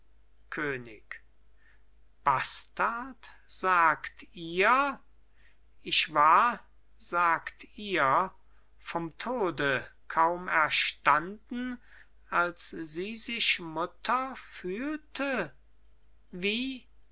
könig bastard sagt ihr ich war sagt ihr vom tode kaum erstanden als sie sich mutter fühlte wie